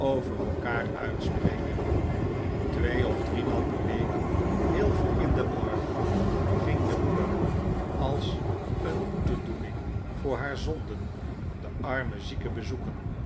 over elkaar uitspreken twee of driemaal per week heel vroeg in den morgen ging de moeder als een boetedoening voor haar zonden den armen zieke bezoeken